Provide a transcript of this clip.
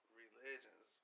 religions